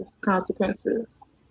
consequences